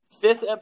fifth